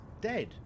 dead